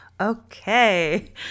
okay